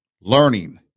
Learning